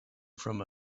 from